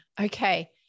Okay